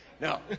No